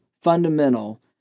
fundamental